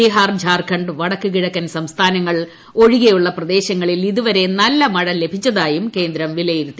ബീഹാർ ഝാർഖണ്ഡ് വടക്ക് കിഴക്കൻ സംസ്ഥാനങ്ങൾ ഒഴികെയുള്ള പ്രദേശങ്ങളിൽ ഇതുവരെ നല്ല മഴ ലഭിച്ചതായും കേന്ദ്രം വിലയിരുത്തി